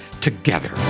together